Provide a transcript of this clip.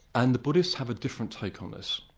and the buddhists have a different take on this.